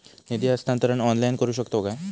निधी हस्तांतरण ऑनलाइन करू शकतव काय?